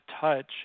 touch